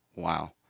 Wow